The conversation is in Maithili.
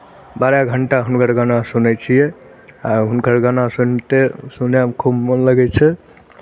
बारह घण्टा हुनकर गाना सुनै छियै आ हुनकर गाना सुनिते सुनयमे खूब मोन लगै छै